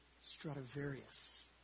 Stradivarius